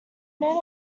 know